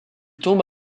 tombe